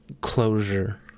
Closure